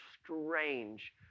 strange